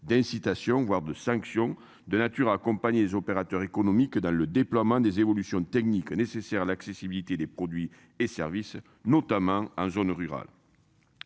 d'incitations voire de sanction de nature à accompagner les opérateurs économiques dans le déploiement des évolutions techniques nécessaires à l'accessibilité des produits et services, notamment en zone rurale.